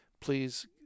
please